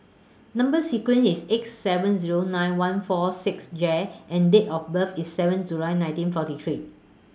Number sequence IS X seven Zero nine one four six J and Date of birth IS seven July nineteen forty three